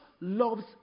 loves